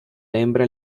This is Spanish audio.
hembra